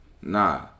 Nah